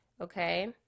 okay